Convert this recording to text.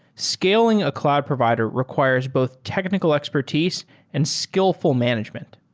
scaling a cloud provider requires both technical expertise and skillful management.